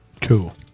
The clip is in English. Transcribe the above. Cool